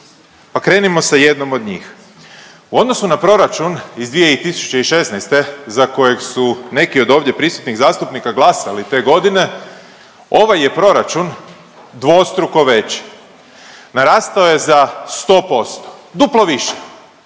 Pa krenimo sa jednom od njih. U odnosu na proračun iz 2016. za kojeg su neki od ovdje prisutnih zastupnika glasali te godine, ovaj je proračun dvostruko veći. Narastao je za 100%, duplo više.